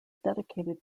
dedicated